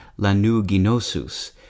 lanuginosus